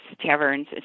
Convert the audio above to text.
taverns